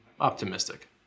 optimistic